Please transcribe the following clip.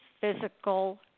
physical